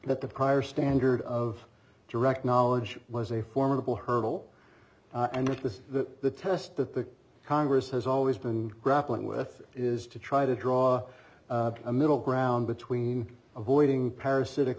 that the prior standard of direct knowledge was a formidable hurdle and that this that the test that the congress has always been grappling with is to try to draw a middle ground between avoiding parasitic